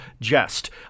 jest